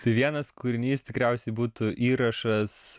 tai vienas kūrinys tikriausiai būtų įrašas